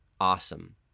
awesome